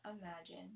imagine